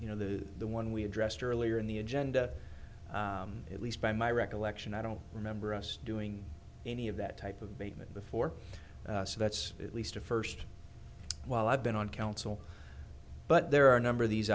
you know the the one we addressed earlier in the agenda at least by my recollection i don't remember us doing any of that type of basement before so that's at least a first while i've been on council but there are a number of these